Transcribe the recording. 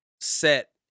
set